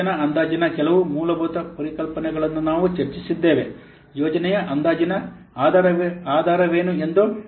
ಯೋಜನಾ ಅಂದಾಜಿನ ಕೆಲವು ಮೂಲಭೂತ ಪರಿಕಲ್ಪನೆಗಳನ್ನು ನಾವು ಚರ್ಚಿಸಿದ್ದೇವೆ ಯೋಜನೆಯ ಅಂದಾಜಿನ ಆಧಾರವೇನು ಎಂದು